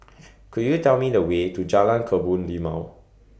Could YOU Tell Me The Way to Jalan Kebun Limau